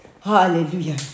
Hallelujah